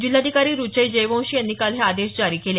जिल्हाधिकारी रुचेश जयवंशी यांनी काल हे आदेश जारी केले